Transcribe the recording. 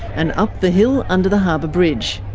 and up the hill under the harbour bridge,